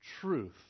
truth